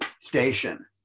station